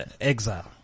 exile